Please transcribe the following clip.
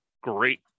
great